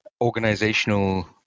Organizational